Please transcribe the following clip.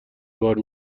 بار